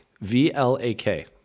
v-l-a-k